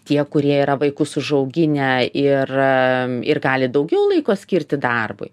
tie kurie yra vaikus užauginę ir ir gali daugiau laiko skirti darbui